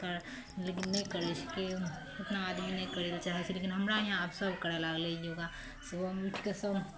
कर लेकिन नहि करै छै केओ ओतना आदमी नहि करैला चाहैत छै लेकिन हमरा यहाँ आब सब करै लगलै योगा सुबहमे उठि कऽ सब